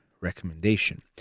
recommendation